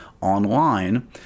online